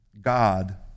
God